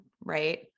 Right